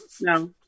No